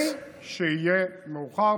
לפני שיהיה מאוחר.